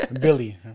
Billy